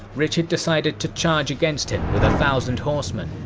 richard decided to charge against him with a thousand horsemen.